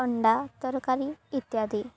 ଅଣ୍ଡା ତରକାରୀ ଇତ୍ୟାଦି